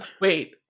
Wait